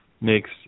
makes